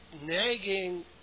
nagging